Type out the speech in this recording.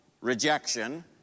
rejection